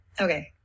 Okay